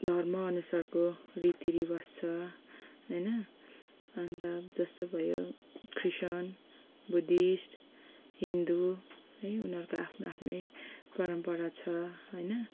धर्म अनुसारको रीतिरिवाज छ होइन अन्त जस्तो भयो क्रिस्चियन बुद्धिस्ट हिन्दू है उनीहरूको आफ्नो आफ्नै परम्परा छ होइन